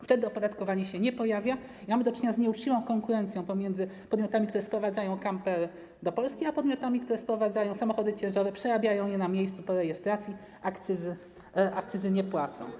Wtedy opodatkowanie się nie pojawia i mamy do czynienia z nieuczciwą konkurencją pomiędzy podmiotami, które sprowadzają kampery do Polski, a podmiotami, które sprowadzają samochody ciężarowe, przerabiają je na miejscu po rejestracji i akcyzy nie płacą.